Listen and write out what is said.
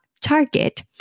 target